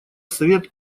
совет